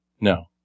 No